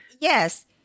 Yes